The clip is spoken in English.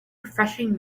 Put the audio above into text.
refreshing